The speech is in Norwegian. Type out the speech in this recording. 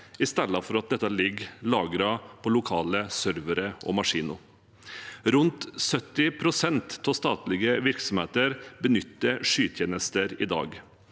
i stedet for at dette ligger lagret på lokale servere og maskiner. Rundt 70 pst. av statlige virksomheter benytter skytjenester i dag.